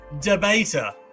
debater